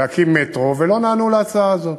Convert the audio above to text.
להקים מטרו, ולא נענו להצעה הזאת.